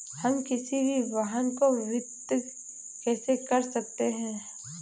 हम किसी भी वाहन को वित्त कैसे कर सकते हैं?